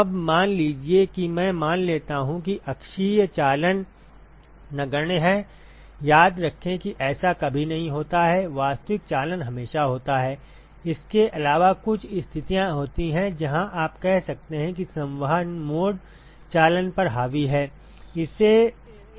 अब मान लीजिए कि मैं मान लेता हूं कि अक्षीय चालन नगण्य है याद रखें कि ऐसा कभी नहीं होता है वास्तविक चालन हमेशा होता है इसके अलावा कुछ स्थितियां होती हैं जहां आप कह सकते हैं कि संवहन मोड चालन पर हावी है